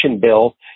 bill